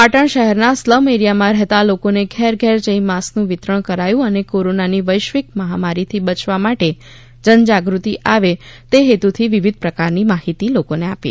પાટણ શહેરના સ્લમ એરિયામાં રહેતા લોકોને ઘેર ઘેર જઈ માસ્કનું વિતરણ કરાયું અને કોરોનાની વૈશ્વિક મહામારીથી બયવા માટે જનજાગૃતિ આવે તે હેતુથી વિવિધ પ્રકારની માહિતી લોકોને આપી